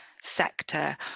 sector